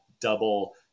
double